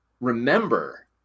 remember